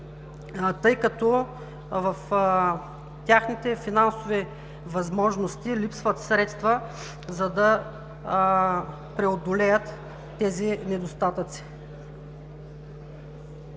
тъй като в техните финансови възможности липсват средства, за да преодолеят тези недостатъци.